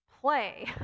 play